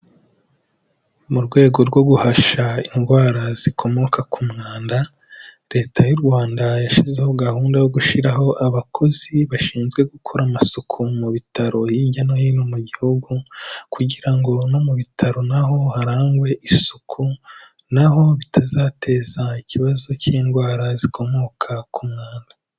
Mu rwego rwo guhashya indwara zikomoka ku mwanda, Leta y'u Rwanda yashyizeho gahunda yo gushyiraho abakozi bashinzwe gukora amasuku mu bitaro hirya no hino mu Gihugu, kugira ngo no mu bitaro na ho harangwe isuku, na ho bitazateza ikibazo cy'indwara zikomoka ku mwanda.